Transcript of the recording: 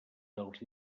dels